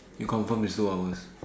you confirm is two hours